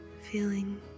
feeling